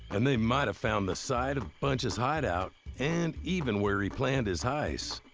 and they might've found the site of bunch's hideout and even where he planned his heists.